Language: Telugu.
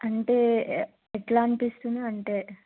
అంటే ఎట్లా అనిపిస్తుంది అంటే